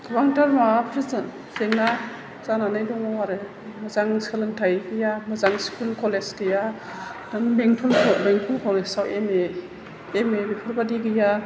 गोबांथार माबाफोरसो जेंना जानानै दङ आरो मोजां सोलोंथाइ गैया मोजां स्कुल कलेज गैया बेंथल बेंथल कलेजआव एम ए बेफोरबायदि गैया